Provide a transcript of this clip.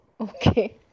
Okay